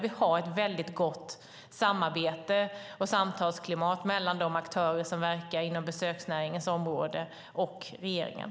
Vi har ett väldigt gott samarbete och samarbetsklimat mellan de aktörer som verkar inom besöksnäringens område och regeringen.